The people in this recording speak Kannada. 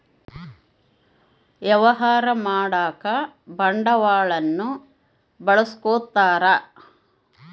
ವ್ಯವಹಾರ ಮಾಡಕ ಬಂಡವಾಳನ್ನ ಬಳಸ್ಕೊತಾರ